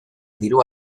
diru